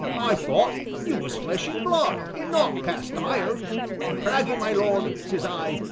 i thought you was flesh an blood an' not cast iron craggy, my lord says i,